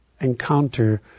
encounter